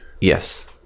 Yes